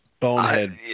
bonehead